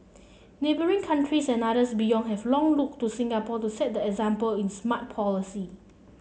neighbouring countries and others beyond have long looked to Singapore to set the example in smart policy